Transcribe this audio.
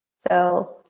so,